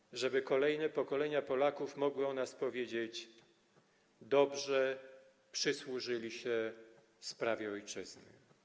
Żyjmy tak, żeby kolejne pokolenia Polaków mogły o nas powiedzieć: dobrze przysłużyli się sprawie ojczyzny.